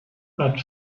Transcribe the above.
but